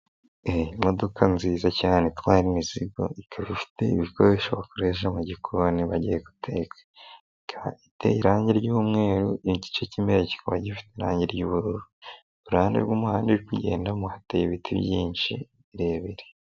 Iyi imodokadoka nziza cyane itwara imizigo ikaba ifite ibikoresho bakoresha mu gikoni bagiye guteka, iba iteye irangi ry'umweru, igice cy'imbere kikaba gifite irangi ry'ubururu, iruhande rw'umuhanda iri kugendamo hateye ibiti byinshi birebire.